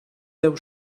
deu